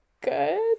good